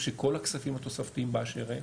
כל הכספים התוספתיים באשר הם,